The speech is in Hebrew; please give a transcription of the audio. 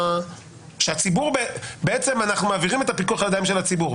שאותו אנחנו מעבירים לידיים של הציבור.